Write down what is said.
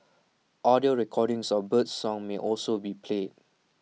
audio recordings of birdsong may also be played